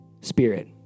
spirit